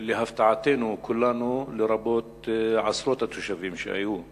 להפתעת כולנו, לרבות עשרות התושבים שהיו בוועדה,